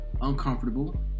uncomfortable